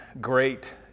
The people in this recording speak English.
great